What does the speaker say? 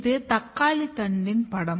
இது தக்காளி தண்டின் படம்